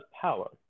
power